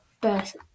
best